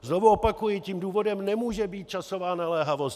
Znovu opakuji, důvodem nemůže být časová naléhavost.